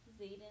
Zayden